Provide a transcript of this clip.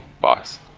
boss